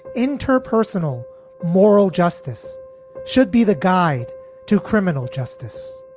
interpersonal moral justice should be the guide to criminal justice